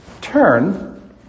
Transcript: Turn